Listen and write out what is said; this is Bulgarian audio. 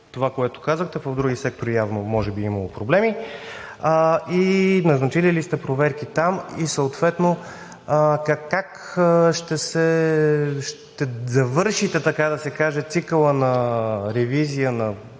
това, което казахте, в други сектори явно може би е имало проблеми. Назначили ли сте проверки там? И съответно как ще завършите, така да се каже, цикъла на ревизия на